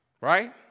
Right